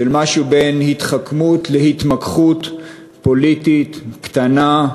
של משהו בין התחכמות להתמקחות פוליטית קטנה,